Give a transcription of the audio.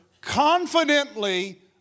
confidently